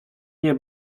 nie